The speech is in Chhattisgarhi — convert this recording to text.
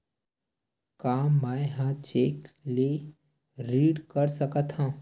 का मैं ह चेक ले ऋण कर सकथव?